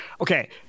Okay